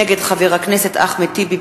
מאת חבר הכנסת אחמד טיבי,